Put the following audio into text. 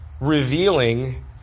revealing